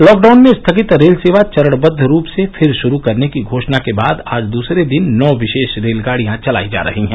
lockdown में स्थगित rail सेवा चरणबद्ध रूप से फिर शुरू करने की घोषणा के बाद आज दसरे दिन नौ विशेष रेलगाडियां चलाई जा रही हैं